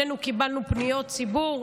שנינו קיבלנו פניות ציבור,